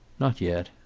not yet.